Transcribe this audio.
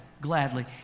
gladly